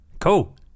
Cool